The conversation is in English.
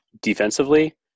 defensively